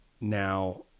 now